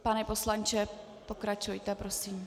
Pane poslanče, pokračujte prosím.